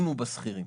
יצירתי.